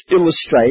illustrate